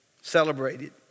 Celebrated